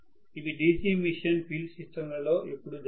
ఇవి DC machine field system లలో ఎప్పుడూ జరగదు